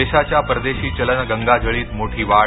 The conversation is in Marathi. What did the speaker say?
देशाच्या परदेशी चलन गंगाजळीत मोठी वाढ